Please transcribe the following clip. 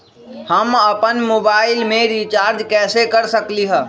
हम अपन मोबाइल में रिचार्ज कैसे कर सकली ह?